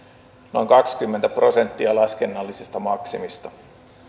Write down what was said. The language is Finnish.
noin kaksikymmentä prosenttia laskennallisesta maksimista